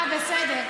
דקות.